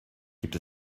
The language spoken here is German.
gibt